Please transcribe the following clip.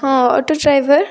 ହଁ auto driver